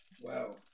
Wow